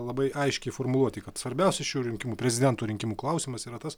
labai aiškiai formuluoti kad svarbiausias šių rinkimų prezidento rinkimų klausimas yra tas